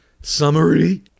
summary